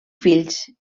fills